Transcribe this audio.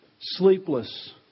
sleepless